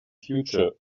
future